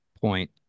point